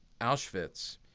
Auschwitz